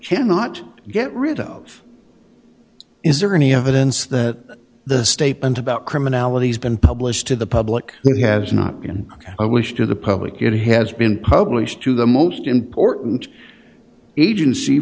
cannot get rid of is there any evidence that the statement about criminality has been published to the public and has not been i wish to the public it has been published to the most important agency